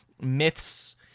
myths